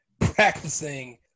practicing